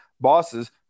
bosses